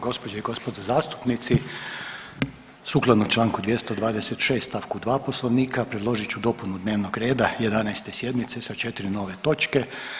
Gospođe i gospodo zastupnici, sukladno čl. 226 st. 2 Poslovnika predložit ću dopunu dnevnog reda 11. sjednice sa 4 nove točke.